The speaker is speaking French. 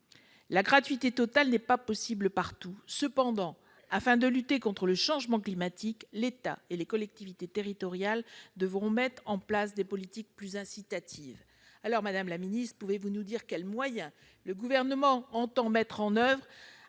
La gratuité totale n'est pas possible partout. Cependant, afin de lutter contre le changement climatique, l'État et les collectivités territoriales devront mettre en place des politiques plus incitatives. Madame la secrétaire d'État, quels moyens le Gouvernement entend-il mettre en oeuvre